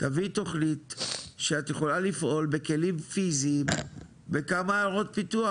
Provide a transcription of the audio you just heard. תביאי תוכנית שאת יכולה לפעול בכלים פיזיים בכמה עיירות פיתוח,